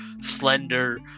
slender